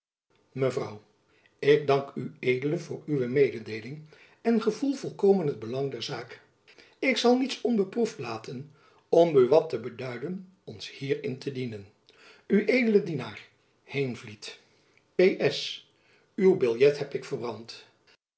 mevrouw ik dank ued voor uwe mededeeling en gevoel volkomen het belang der zaak ik zal niets onbeproefd laten om buat te beduiden ons hierin te dienen ued d v dienaar heenvliet p s uw biljet heb ik